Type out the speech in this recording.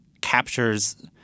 captures